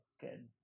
good